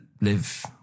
live